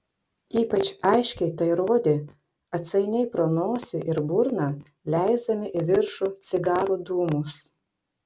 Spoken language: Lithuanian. ypač aiškiai tai rodė atsainiai pro nosį ir burną leisdami į viršų cigarų dūmus